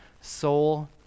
soul